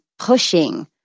pushing